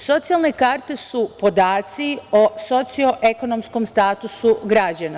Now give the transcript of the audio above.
Socijalne karte su podaci o socioekonomskom statusu građana.